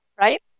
right